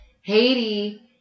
Haiti